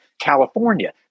California